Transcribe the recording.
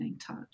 touch